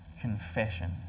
confession